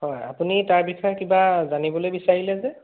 হয় আপুনি তাৰ বিষয়ে কিবা জানিবলৈ বিচাৰিলে যে